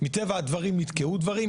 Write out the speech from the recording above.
מטבע הדברים נתקעו דברים,